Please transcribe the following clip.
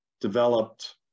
developed